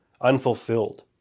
unfulfilled